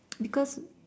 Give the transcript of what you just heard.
because